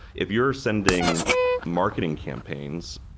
if you're sending marketing campaigns,